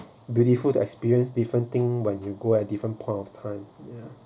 beautiful to experience different thing when you go at a different point of time